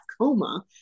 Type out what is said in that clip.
coma